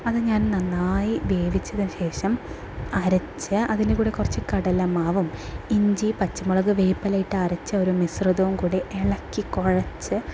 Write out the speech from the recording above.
അത് ഞാൻ നന്നായി വേവിച്ചതിനു ശേഷം അരച്ച് അതിനു കൂടി കുറച്ച് കടല മാവും ഇഞ്ചി പച്ചമുളക് വേപ്പില ഇട്ട് അരച്ച ഒരു മിശ്രിതവും കൂടി ഇളക്കി കുഴച്ച്